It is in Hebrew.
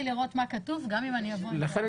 לכן